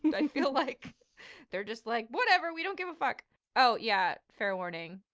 and i feel like they're just like whatever. we don't give a fuck' oh yeah, fair warning.